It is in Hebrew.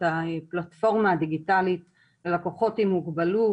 הפלטפורמה הדיגיטלית ללקוחות עם מוגבלות,